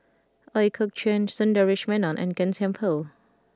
Ooi Kok Chuen Sundaresh Menon and Gan Thiam Poh